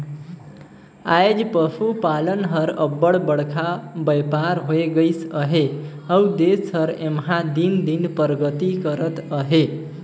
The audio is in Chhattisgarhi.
आएज पसुपालन हर अब्बड़ बड़खा बयपार होए गइस अहे अउ देस हर एम्हां दिन दिन परगति करत अहे